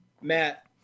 Matt